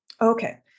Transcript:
Okay